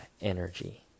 energy